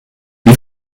wie